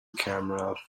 camera